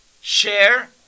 share